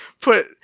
put